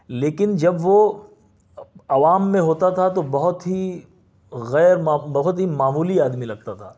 لیکن جب وہ عوام میں ہوتا تھا تو بہت ہی غیر ما بہت ہی معمولی آدمی لگتا تھا